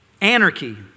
Anarchy